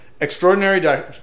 extraordinary